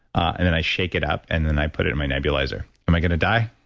and then, i shake it up and then i put it in my nebulizer. am i going to die?